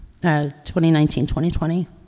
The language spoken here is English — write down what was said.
2019-2020